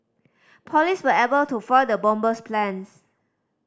police were able to foil the bomber's plans